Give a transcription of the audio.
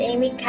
Amy